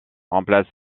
remplace